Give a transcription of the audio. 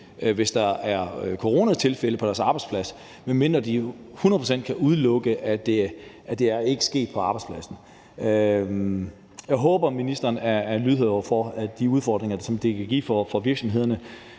hvis der er coronatilfælde på deres arbejdsplads, medmindre de hundrede procent kan udelukke, at det er sket på arbejdspladsen. Jeg håber, at ministeren er lydhør over for de udfordringer, som det kan give. Det er nu,